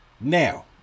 Now